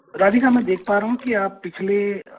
राधिका मैं देख पा रहा हूँ कि आप पिछले